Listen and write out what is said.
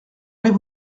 allez